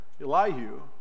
Elihu